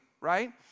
right